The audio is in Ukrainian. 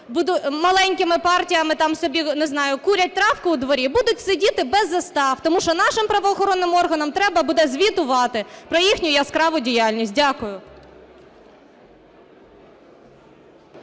там собі, не знаю, курять травку у дворі, будуть сидіти без застав, тому що нашим правоохоронним органам треба буде звітувати про їхню яскраву діяльність. Дякую.